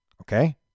okay